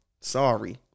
Sorry